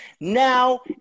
Now